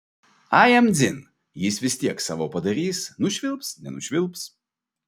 a jam dzin jis vis tiek savo padarys nušvilps nenušvilps